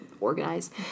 organized